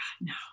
No